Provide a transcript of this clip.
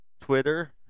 Twitter